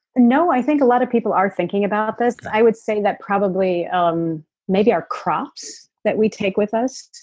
and no. i think a lot of people are thinking about this. i would say that probably um maybe our crops that we take with us,